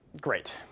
great